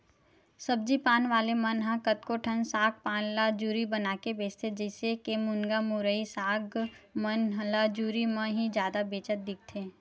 सब्जी पान वाले मन ह कतको ठन साग पान ल जुरी बनाके बेंचथे, जइसे के मुनगा, मुरई, साग मन ल जुरी म ही जादा बेंचत दिखथे